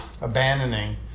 abandoning